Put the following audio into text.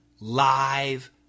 live